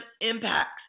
impacts